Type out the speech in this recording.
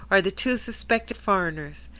are the two suspected foreigners,